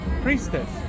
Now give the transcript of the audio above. Priestess